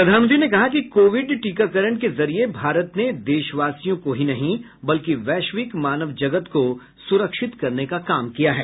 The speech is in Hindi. प्रधानमंत्री ने कहा कि कोविड टीकाकरण के जरिये भारत ने देशवासियों को ही नहीं बल्कि वैश्विक मानव जगत को सुरक्षित करने का काम किया है